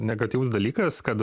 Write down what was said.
negatyvus dalykas kad